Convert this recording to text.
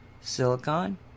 silicon